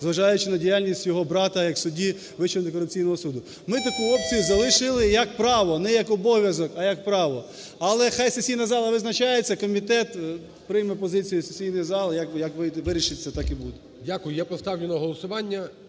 зважаючи на діяльність його брата, як судді Вищого антикорупційного суду. Ми таку опцію залишили як право, не як обов'язок, а як право. Але нехай сесійна зала визначається. Комітет прийме позицію сесійної зали, як вирішиться, так і буде. ГОЛОВУЮЧИЙ. Дякую. Я поставлю на голосування.